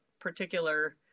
particular